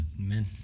Amen